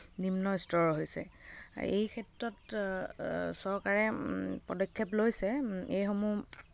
নিম্ন স্তৰৰ হৈছে এইক্ষেত্ৰত চৰকাৰে পদক্ষেপ লৈছে এইসমূহ